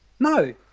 No